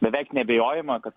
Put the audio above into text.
beveik neabejojama kad